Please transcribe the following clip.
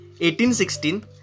1816